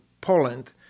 Poland